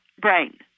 brain